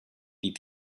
die